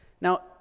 Now